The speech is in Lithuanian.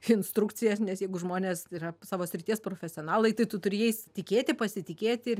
instrukcijas nes jeigu žmonės yra savo srities profesionalai tai tu turi jais tikėti pasitikėti ir